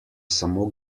samo